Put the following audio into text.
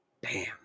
bam